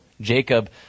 Jacob